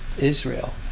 Israel